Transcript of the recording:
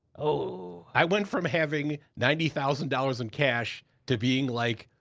oh. i went from having ninety thousand dollars in cash to being, like,